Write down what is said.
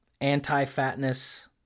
anti-fatness